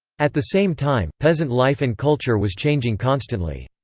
at the same time, peasant life and culture was changing constantly.